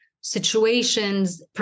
situations